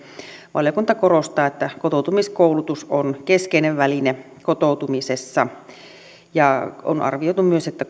valiokunta korostaa että kotoutumiskoulutus on keskeinen väline kotoutumisessa on arvioitu myös että